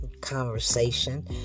conversation